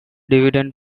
dividend